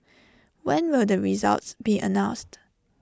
when will the results be announced